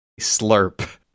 Slurp